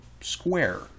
square